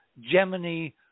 Gemini